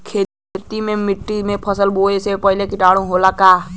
खेत के माटी मे फसल बोवे से पहिले भी किटाणु होला का?